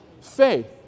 Faith